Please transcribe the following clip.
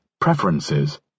preferences